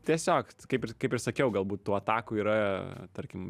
tiesiog kaip kaip ir sakiau galbūt tų atakų yra tarkim